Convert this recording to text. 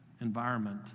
environment